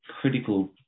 critical